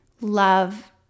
love